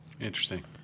interesting